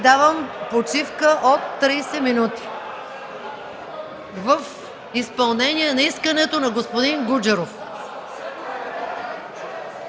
давам почивка от 30 минути в изпълнение на искането на господин Гуджеров.